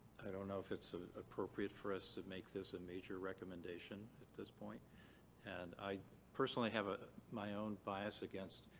i don't know if it's appropriate for us to make this a major recommendation at this point and i personally have ah my own bias against.